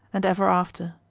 and ever after.